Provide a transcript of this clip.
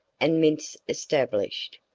and mints established.